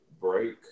break